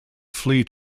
flee